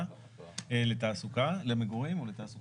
עד עתה הייתה הגבלה על איזה סוגי